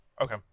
Okay